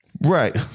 right